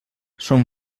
són